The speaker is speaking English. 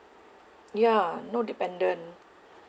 ya no dependent